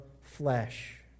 flesh